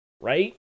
right